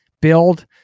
build